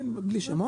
בלי שמות.